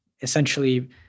essentially